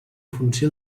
funció